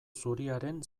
zuriaren